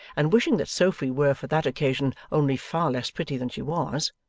and wishing that sophy were for that occasion only far less pretty than she was,